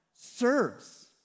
serves